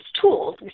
tools